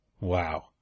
Wow